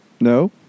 No